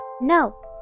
No